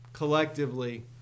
Collectively